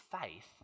faith